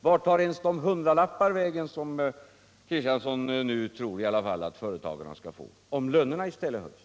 Vart tar de hundralappar vägen som Axel Kristiansson tror att företagarna skall få, om lönerna i stället höjs?